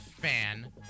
fan